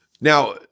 Now